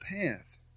path